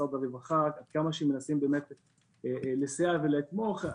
במשרד הרווחה, עד כמה שמנסים לסייע ולתמוך,